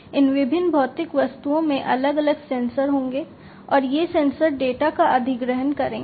इन विभिन्न भौतिक वस्तुओं में अलग अलग सेंसर होंगे और ये सेंसर डेटा का अधिग्रहण करेंगे